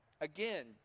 Again